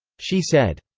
she said.